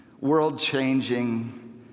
world-changing